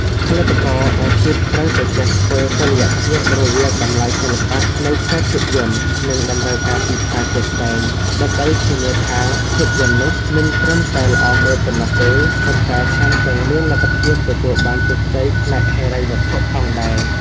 ផលិតករអាជីពត្រូវតែចេះធ្វើតុល្យភាពរវាងតម្លៃសិល្បៈនៃខ្សែភាពយន្ត និងតម្រូវការទីផ្សារជាក់ស្ដែង ដើម្បីធានាថាភាពយន្តនោះមិនត្រឹមតែល្អមើលប៉ុណ្ណោះទេ ប៉ុន្តែថែមទាំងមានលទ្ធភាពទទួលបានជោគជ័យផ្នែកហិរញ្ញវត្ថុផងដែរ។